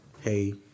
hey